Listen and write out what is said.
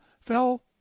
fell